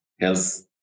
health